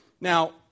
Now